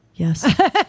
Yes